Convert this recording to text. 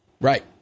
Right